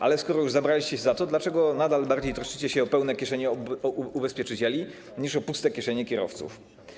Ale skoro już zabraliście się za to, dlaczego nadal bardziej troszczycie się o pełne kieszenie ubezpieczycieli niż o puste kieszenie kierowców?